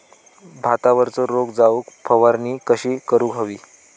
भातावरचो रोग जाऊक फवारणी कशी करूक हवी?